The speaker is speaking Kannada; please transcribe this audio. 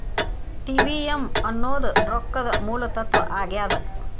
ಟಿ.ವಿ.ಎಂ ಅನ್ನೋದ್ ರೊಕ್ಕದ ಮೂಲ ತತ್ವ ಆಗ್ಯಾದ